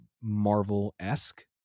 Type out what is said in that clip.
Marvel-esque